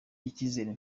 icyizere